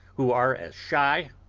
who are as shy,